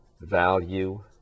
value